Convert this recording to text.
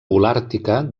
holàrtica